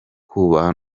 kubaha